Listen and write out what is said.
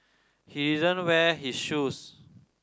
he didn't wear his shoes